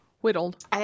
whittled